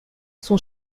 son